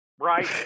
right